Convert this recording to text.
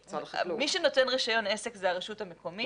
מי שנותן רישיון עסק זה הרשות המקומית